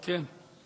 כן.